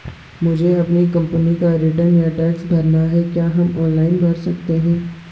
मुझे अपनी कंपनी का रिटर्न या टैक्स भरना है क्या हम ऑनलाइन भर सकते हैं?